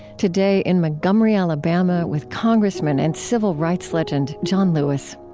today, in montgomery, alabama, with congressman and civil rights legend john lewis.